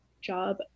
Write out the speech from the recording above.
job